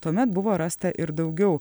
tuomet buvo rasta ir daugiau